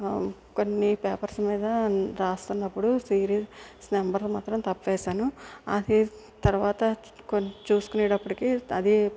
కొన్నీ పేపర్స్ మీద రాస్తున్నప్పుడు సీరిస్ నెంబర్ మాత్రం తప్పు వేసాను అది తర్వాత కొంచెం చూసుకునే అప్పటికీ అది